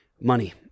money